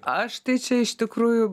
aš tai čia iš tikrųjų